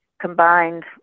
combined